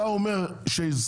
אתה אומר שייסגרו,